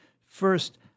First